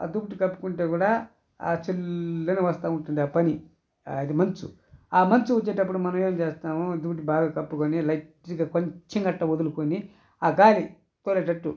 ఆ దుప్పటి కప్పుకుంటే కూడా జిల్ అని వస్తుంటుంది ఆ పని అది మంచు ఆ మంచు వచ్చేటప్పుడు మనం ఏం చేస్తాము దుప్పటి బాగా కప్పుకొని లైట్గా కొంచెంగా అట్ట వదులుకొని ఆ గాలి తోలేటట్టు